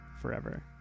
forever